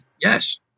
yes